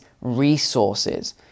resources